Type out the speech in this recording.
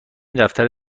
دفتر